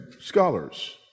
scholars